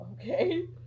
Okay